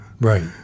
right